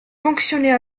fonctionner